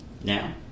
now